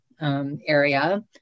area